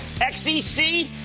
XEC